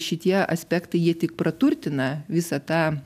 šitie aspektai jie tik praturtina visą tą